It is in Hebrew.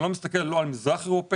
אני לא מסתכל לא על מדינות מזרח אירופאיות